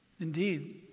Indeed